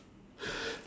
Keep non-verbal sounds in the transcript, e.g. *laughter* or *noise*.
*noise*